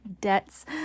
debts